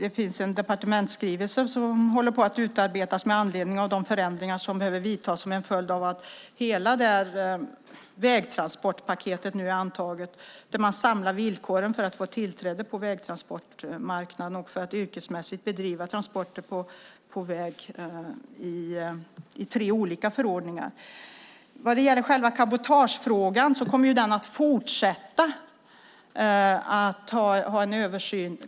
En departementsskrivelse håller på att utarbetas med anledning av de förändringar som behöver vidtas som en följd av att hela vägtransportpaketet är antaget och där man samlar villkoren för att få tillträde till vägtransportmarknaden för att yrkesmässigt bedriva transporter på väg i tre olika förordningar. Själva cabotagefrågan kommer att fortsätta att ses över.